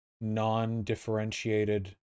non-differentiated